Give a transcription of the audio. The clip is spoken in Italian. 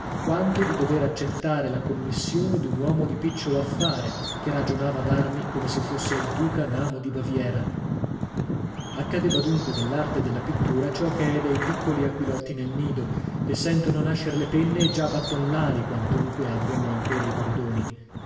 quanto di dover accettare la commissione d'un uomo di picciolo affare che ragionava d'armi come se fosse il duca namo di baviera accadeva dunque all'arte della pittura ciò che è dei piccoli aquilotti nel nido che sentono nascer le penne e già batton l'ali quantunque abbiano ancora i bordoni